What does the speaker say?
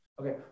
Okay